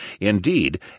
Indeed